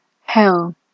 hell